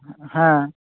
হ্যাঁ